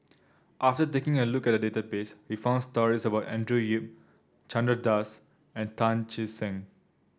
after taking a look at the database we found stories about Andrew Yip Chandra Das and Tan Che Sang